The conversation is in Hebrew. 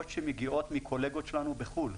מכירים בבדיקות שמגיעות מקולגות שלנו בחו"ל,